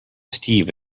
steve